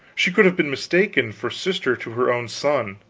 she could have been mistaken for sister to her own son.